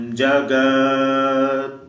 jagat